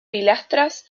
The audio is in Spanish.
pilastras